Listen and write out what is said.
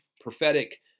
prophetic